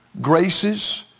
graces